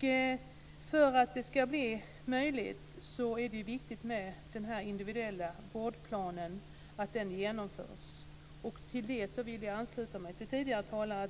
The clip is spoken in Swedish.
För att detta ska bli möjligt är det viktigt att den individuella vårdplanen genomförs. Med det vill jag ansluta mig till tidigare talare.